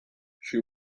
she